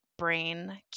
brain